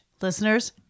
listeners